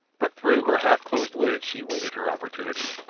but through her half-closed lids she waited her opportunity.